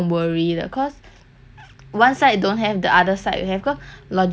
one side don't have the other side will have cause logistics is very big